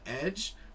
edge